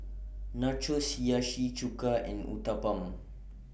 Nachos Hiyashi Chuka and Uthapam